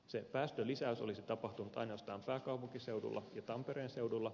se päästölisäys olisi tapahtunut ainoastaan pääkaupunkiseudulla ja tampereen seudulla